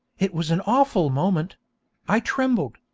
it was an awful moment i trembled,